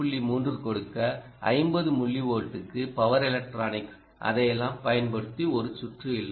3 கொடுக்க 50 மில்லிவோல்ட்டுக்கு power electronics அதையெல்லாம் பயன்படுத்தி ஒரு சுற்று உள்ளது